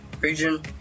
region